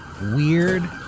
weird